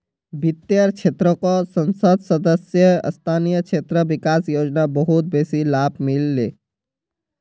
वित्तेर क्षेत्रको संसद सदस्य स्थानीय क्षेत्र विकास योजना बहुत बेसी लाभ मिल ले